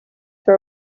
her